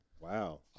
wow